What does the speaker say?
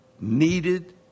needed